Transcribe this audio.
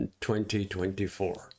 2024